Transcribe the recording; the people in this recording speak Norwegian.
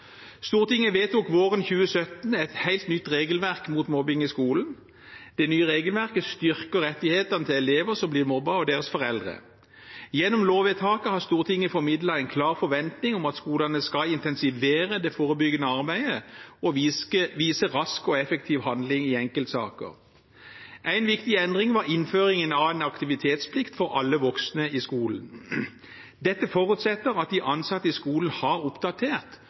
Stortinget vedtok våren 2017 et helt nytt regelverk mot mobbing i skolen. Det nye regelverket styrker rettighetene til elever som blir mobbet, og deres foreldre. Gjennom lovvedtaket har Stortinget formidlet en klar forventning om at skolene skal intensivere det forebyggende arbeidet og vise rask og effektiv handling i enkeltsaker. En viktig endring var innføringen av en aktivitetsplikt for alle voksne i skolen. Dette forutsetter at de ansatte i skolen har oppdatert